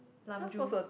Lime juice